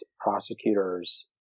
prosecutors